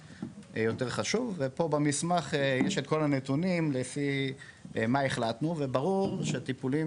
חשובה ופה במסמך יש את כל הנתונים לפי מה החלטנו וברור שטיפולים